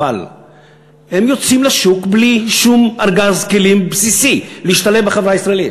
אבל הם יוצאים לשוק בלי שום ארגז כלים בסיסי להשתלב בחברה הישראלית.